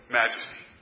majesty